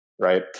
right